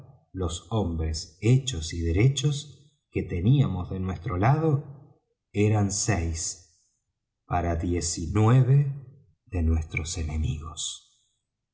los hombres hechos y derechos que teníamos de nuestro lado eran seis para diez y nueve de nuestros enemigos